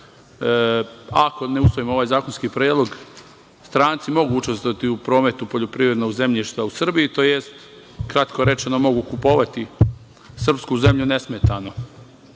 ako ne usvojimo ovaj zakonski predlog, stranci mogu učestvovati u promet poljoprivrednog zemljišta u Srbiji, odnosno kratko rečeno, mogu kupovati srpsku zemlju nesmetano.